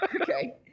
okay